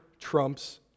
trumps